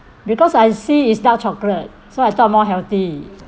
because I see it's dark chocolate so I thought more healthy